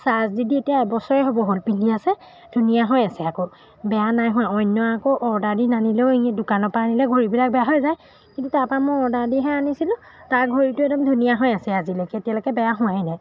charge দি দি এতিয়া এবছৰে হ'ব হ'ল পিন্ধি আছে ধুনীয়া হৈ আছে আকৌ বেয়া নাই হোৱা অন্য আকৌ অৰ্ডাৰ দি নানিলেও এই দোকানৰপৰা আনিলে ঘড়ীবিলাক বেয়া হৈ যায় কিন্তু তাৰপৰা মই অৰ্ডাৰ দিহে আনিছিলোঁ তাৰ ঘড়ীটো একদম ধুনীয়া হৈ আছে আজিলৈকে এতিয়ালৈকে বেয়া হোৱাই নাই